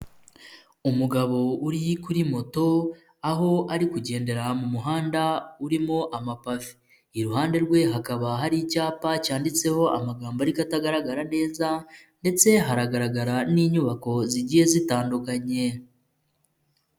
Umugabo uri kuri moto aho ari kugendera mu muhanda urimo amapave, iruhande rwe hakaba hari icyapa cyanditseho amagambo ariko atagaragara neza ndetse haragaragara n'inyubako zigiye zitandu.